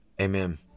Amen